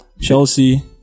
Chelsea